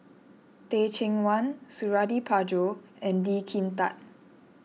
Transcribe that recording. Teh Cheang Wan Suradi Parjo and Lee Kin Tat